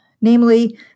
namely